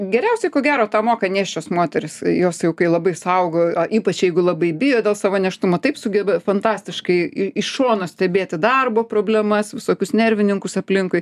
geriausiai ko gero tą moka nėščios moterys jos jau kai labai saugo o ypač jeigu labai bijo dėl savo nėštumo taip sugeba fantastiškai iš šono stebėti darbo problemas visokius nervininkus aplinkui